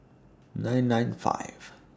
nine nine five